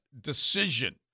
decision